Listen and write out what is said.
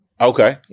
Okay